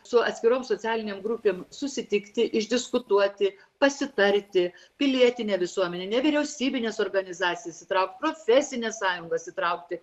su atskirom socialinėm grupėm susitikti išdiskutuoti pasitarti pilietinę visuomenę nevyriausybines organizacijas įtraukti profesines sąjungas įtraukti